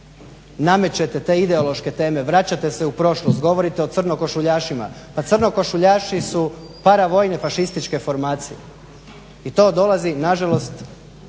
namećete te ideološke teme, vraćate se u prošlost, govorite o crnokošuljašima. Pa crnokošuljaši su paravojne fašističke formacije. I to dolazi nažalost